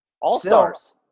All-stars